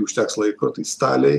užteks laiko tai staliai